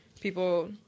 people